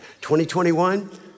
2021